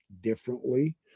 differently